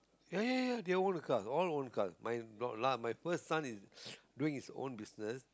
ya ya ya they own the car all own the car my first son is doing his own business